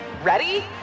Ready